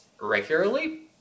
regularly